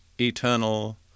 eternal